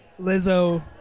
Lizzo